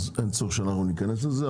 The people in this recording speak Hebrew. אז אין צורך שאנחנו נכנס לזה,